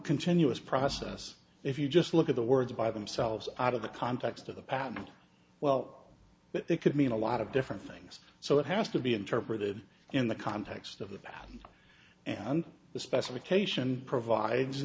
continuous process if you just look at the words by themselves out of the context of the patent well they could mean a lot of different things so it has to be interpreted in the context of the patent and the specification provides